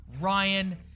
ryan